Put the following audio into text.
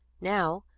now,